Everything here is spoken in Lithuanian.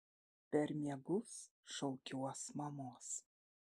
per miegus šaukiuos mamos